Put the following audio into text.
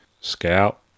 scout